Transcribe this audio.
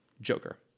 Joker